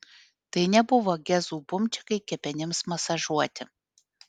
tai nebuvo gezų bumčikai kepenims masažuoti